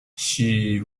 she